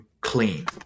clean